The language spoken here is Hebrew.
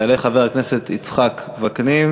יעלה חבר הכנסת יצחק וקנין,